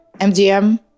mgm